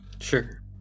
Sure